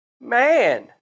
Man